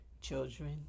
children